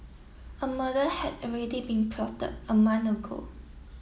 a murder had already been plotted a month ago